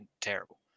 terrible